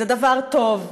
זה דבר טוב,